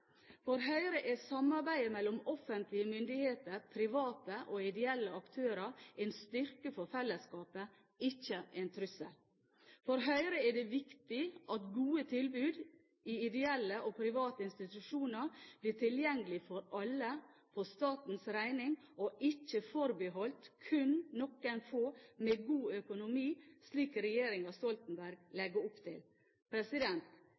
For Høyre er samarbeidet mellom offentlige myndigheter, private og ideelle aktører en styrke for fellesskapet – ikke en trussel. For Høyre er det viktig at gode tilbud i ideelle og private institusjoner blir tilgjengelige for alle for statens regning, og ikke forbeholdt kun noen få med god økonomi, slik regjeringen Stoltenberg